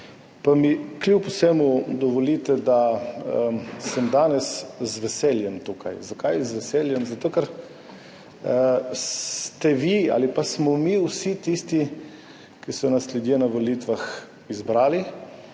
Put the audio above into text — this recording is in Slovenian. mi kljub vsemu dovolite, da sem danes z veseljem tukaj. Zakaj z veseljem? Zato ker ste vi ali pa smo mi, vsi tisti, ki so nas ljudje na volitvah izbrali,